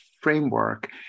framework